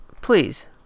please